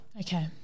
Okay